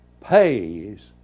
pays